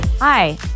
Hi